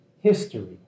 history